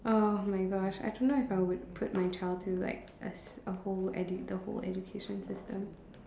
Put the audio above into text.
oh my gosh I don't know if I would put my child through like a a whole edu~ the whole education system